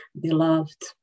beloved